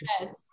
Yes